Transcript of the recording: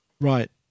Right